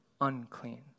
unclean